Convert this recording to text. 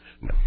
No